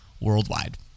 worldwide